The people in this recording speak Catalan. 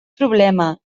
problema